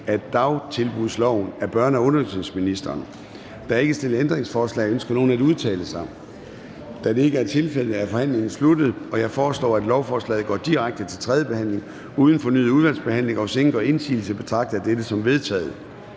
Formanden (Søren Gade): Der er ikke stillet ændringsforslag. Ønsker nogen at udtale sig? Da det ikke er tilfældet, er forhandlingen sluttet. Jeg foreslår, at lovforslaget går direkte til tredje behandling uden fornyet udvalgsbehandling. Hvis ingen gør indsigelse, betragter jeg dette som vedtaget.